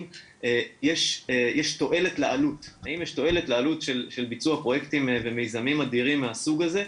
יש תועלת לעלות של ביצוע פרויקטים ומיזמים אדירים מהסוג הזה,